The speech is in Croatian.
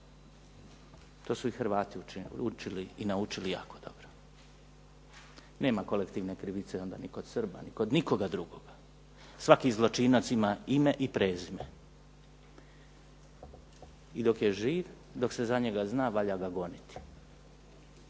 to su i Hrvati učili i naučili jako dobro. Nema kolektivne krivice ni kod Srba ni kod nikoga drugoga. Svaki zločinac ima ime i prezime i dok je živ, dok se za njega zna valja ga goniti